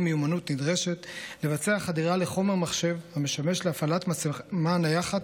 מיומנות נדרשת לבצע חדירה לחומר מחשב המשמש להפעלת מצלמה נייחת,